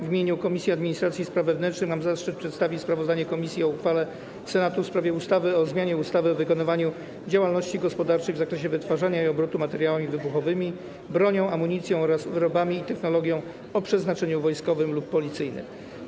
W imieniu Komisji Administracji i Spraw Wewnętrznych mam zaszczyt przedstawić sprawozdanie komisji o uchwale Senatu w sprawie ustawy o zmianie ustawy o wykonywaniu działalności gospodarczej w zakresie wytwarzania i obrotu materiałami wybuchowymi, bronią, amunicją oraz wyrobami i technologią o przeznaczeniu wojskowym i policyjnym.